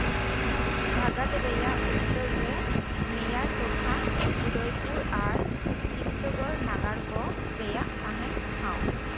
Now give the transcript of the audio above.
ᱵᱷᱟᱜᱟᱫ ᱨᱮᱭᱟᱜ ᱩᱛᱛᱚᱨ ᱨᱮ ᱢᱤᱭᱟ ᱴᱚᱴᱷᱟ ᱩᱫᱚᱭᱯᱩᱨ ᱟᱨ ᱪᱤᱛᱛᱚᱜᱚᱲ ᱱᱟᱜᱟᱨ ᱠᱚ ᱨᱮᱭᱟᱜ ᱛᱟᱦᱮᱱ ᱴᱷᱟᱶ